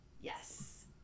Yes